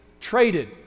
traded